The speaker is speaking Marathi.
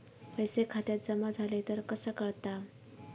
पैसे खात्यात जमा झाले तर कसा कळता?